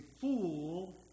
Fool